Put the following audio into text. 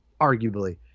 arguably